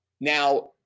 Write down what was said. now